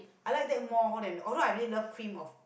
I like that more than although I really love cream of